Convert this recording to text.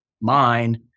mind